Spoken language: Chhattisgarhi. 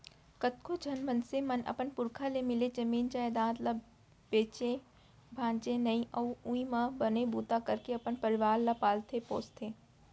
कतको झन मनसे मन अपन पुरखा ले मिले जमीन जयजाद ल बेचय भांजय नइ अउ उहीं म बने बूता करके अपन परवार ल पालथे पोसथे